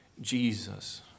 Jesus